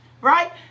right